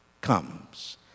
comes